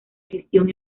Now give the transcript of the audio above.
gestión